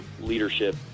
leadership